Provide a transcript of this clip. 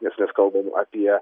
nes mes kalbam apie